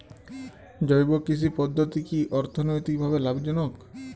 জৈব কৃষি পদ্ধতি কি অর্থনৈতিকভাবে লাভজনক?